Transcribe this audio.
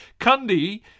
Cundy